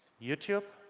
youtube,